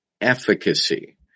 efficacy